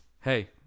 hey